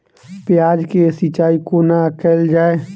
प्याज केँ सिचाई कोना कैल जाए?